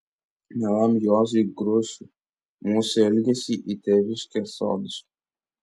mielam juozui grušui mūsų ilgesį į tėviškės sodus